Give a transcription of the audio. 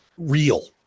Real